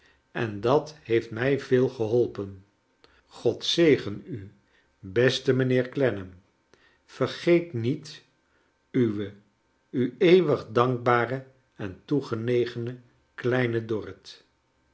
en dat heeft mij veel geholpen god zegen u beste mijnheer clennam vergeet niet uwe u eeuwig dankbare en toegenegene kleine dorrit